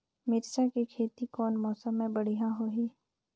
मिरचा के खेती कौन मौसम मे बढ़िया होही?